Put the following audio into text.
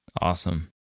Awesome